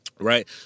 Right